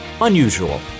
Unusual